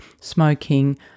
smoking